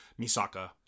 Misaka